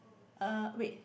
uh wait